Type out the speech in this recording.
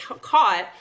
caught